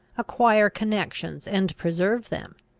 acquire connections, and preserve them!